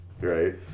Right